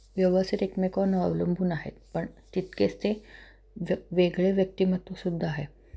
व्यवस्थित एकमेकांवर अवलंबून आहेत पण तितकेच ते ज वेगळे व्यक्तिमत्वसुद्धा आहे